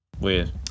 weird